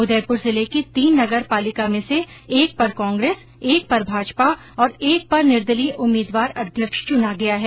उदयपुर जिले की तीन नगर पालिका में से एक पर कांग्रेस एक पर भाजपा और एक पर निर्दलीय उम्मीदवार अध्यक्ष चुना गया है